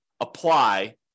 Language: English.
apply